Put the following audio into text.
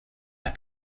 las